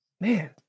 Man